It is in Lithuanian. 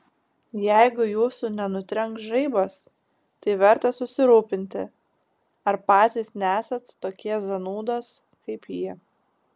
jeigu jūsų nenutrenks žaibas tai verta susirūpinti ar patys nesat tokie zanūdos kaip ji